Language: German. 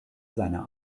seiner